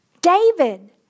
David